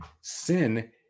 sin